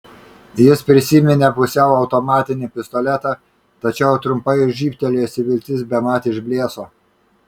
jis prisiminė pusiau automatinį pistoletą tačiau trumpai žybtelėjusi viltis bemat išblėso